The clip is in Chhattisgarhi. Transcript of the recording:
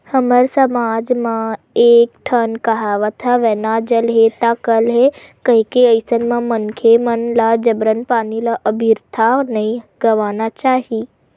हमर समाज म एक ठन कहावत हवय ना जल हे ता कल हे कहिके अइसन म मनखे मन ल जबरन पानी ल अबिरथा नइ गवाना चाही